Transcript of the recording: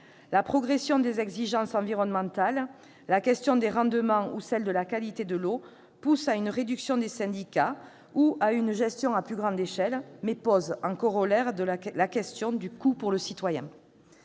La progression des exigences environnementales, la question des rendements ou celle de la qualité de l'eau poussent à une réduction des syndicats ou à une gestion à plus grande échelle, mais posent, en corollaire, la question du coût pour le citoyen.